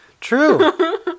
True